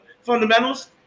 fundamentals